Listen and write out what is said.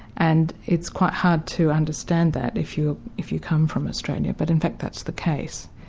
and it's quite hard to understand that if you if you come from australia, but in fact that's the case.